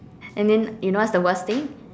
and then you know what's the worst thing